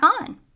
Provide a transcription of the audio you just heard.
on